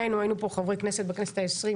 שנינו הינו פה חברי כנסת בכנסת ה-20,